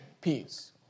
peace